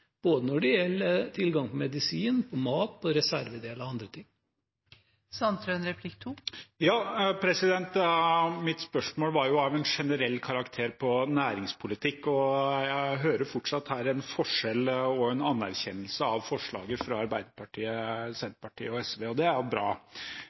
når det gjelder tilgang på både medisin, mat, reservedeler og andre ting. Mitt spørsmål var av generell karakter om næringspolitikk. Jeg hører her en forskjell og en anerkjennelse av forslaget fra Arbeiderpartiet,